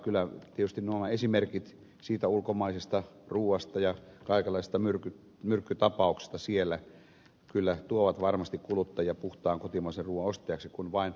kyllä tietysti esimerkit ulkomaisesta ruuasta ja kaikenlaisista myrkkytapauksista siellä tuovat varmasti kuluttajia puhtaan kotimaisen ruuan ostajiksi kun vain jakelu toimii